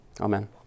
amen